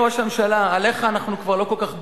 אדוני ראש הממשלה, עליך אנחנו כבר לא כל כך בונים,